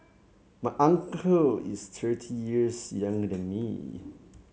my uncle is thirty years younger than me